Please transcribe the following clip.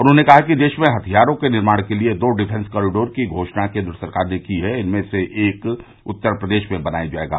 उन्होंने कहा कि देश में हथियारों के निर्माण के लिये दो डिफेंस कॉरिडोर की घोषणा केन्द्र सरकार ने की है इनमें से एक उत्तर प्रदेश में बनाया जायेगा